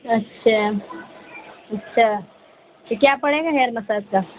اچھا اچھا تو کیا پڑے گا ہیئر مساج کا